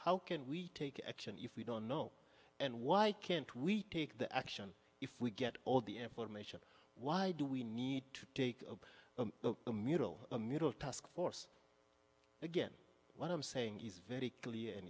how can we take action if we don't know and why can't we take the action if we get all the information why do we need to take the middle of task force again what i'm saying is very clear and